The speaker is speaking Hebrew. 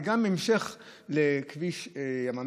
וגם נמשך לכביש ים המלח,